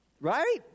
Right